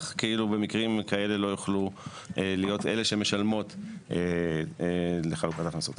אך כאילו במקרים כאלה לא יוכלו להיות אלה שמשלמות לחלוקת הכנסות.